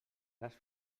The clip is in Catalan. les